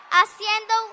haciendo